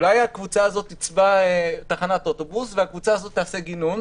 אולי הקבוצה הזאת תצבע תחנת אוטובוס והקבוצה הזאת תעשה גינון?